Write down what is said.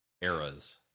eras